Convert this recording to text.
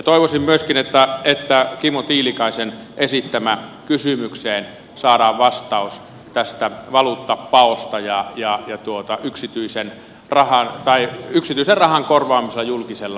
toivoisin myöskin että saadaan vastaus kimmo tiilikaisen esittämään kysymykseen tästä valuuttapaosta ja yksityisen rahan korvaamisesta julkisella rahalla